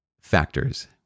factors